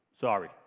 sorry